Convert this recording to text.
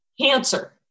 Cancer